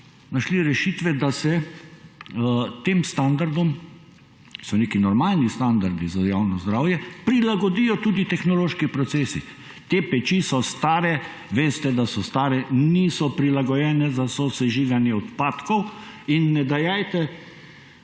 našli rešitve, da se tem standardom, so neki normalni standardi za javno zdravje, prilagodijo tudi tehnološki procesi. Te peči so stare, veste, da so stare, niso prilagojene za sosežiganje odpadkov in ne dajajte